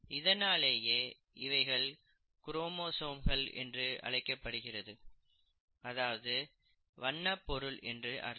இதனாலேயே இவைகள் க்ரோமோசோம்கள் என்று அழைக்கப்படுகிறது அதாவது வண்ணப் பொருள் என்று அர்த்தம்